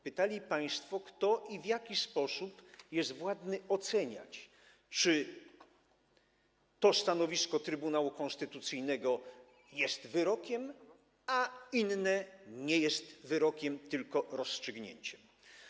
Pytali państwo, kto i w jaki sposób jest władny ocenić, że to stanowisko Trybunału Konstytucyjnego jest wyrokiem, a inne nie jest wyrokiem, tylko rozstrzygnięciem.